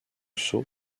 soo